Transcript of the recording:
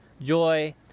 joy